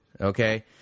okay